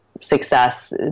success